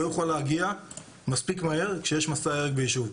לא יוכל להגיע מספיק מהר כשיש מסע הרג ביישוב.